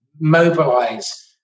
mobilize